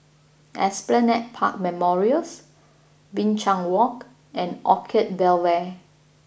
Esplanade Park Memorials Binchang Walk and Orchard Bel Air